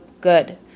good